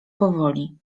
powoli